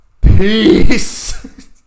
peace